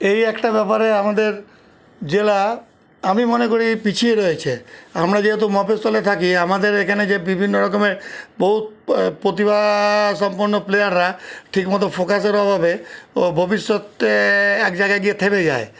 এই একটা ব্যাপারে আমাদের জেলা আমি মনে করি পিছিয়ে রয়েছে আমরা যেহেতু মফস্বলে থাকি আমাদের এখানে যে বিভিন্ন রকমের বহুত প্রতিভাসম্পন্ন প্লেয়াররা ঠিকমতো ফোকাসের অভাবে ও ভবিষ্যতে এক জায়গায় গিয়ে থেমে যায়